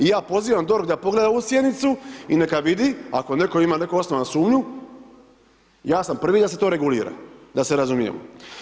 I ja pozivam DORH da pogleda ovu sjednicu i neka vidi, ako netko ima neku osnovanu sumnju, ja sam prvi da se to regulira, da se razumijemo.